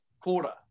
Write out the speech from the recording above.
quarter